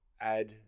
add